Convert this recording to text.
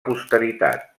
posteritat